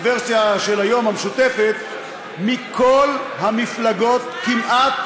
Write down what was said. הוורסיה של היום, המשותפת, מכל המפלגות כמעט,